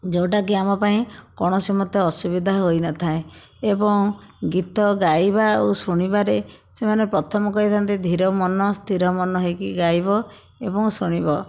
ଯେଉଁଟା କି ଆମ ପାଇଁ କୌଣସି ମତେ ଅସୁବିଧା ହୋଇନଥାଏ ଏବଂ ଗୀତ ଗାଇବା ଓ ଶୁଣିବାରେ ସେମାନେ ପ୍ରଥମ କହିଥାନ୍ତି ଧୀର ମନ ସ୍ଥିର ମନ ହେଇକି ଗାଇବ ଏବଂ ଶୁଣିବ